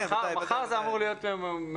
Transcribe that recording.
מחר זה אמור להיות מאושר.